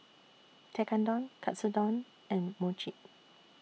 Tekkadon Katsudon and Mochi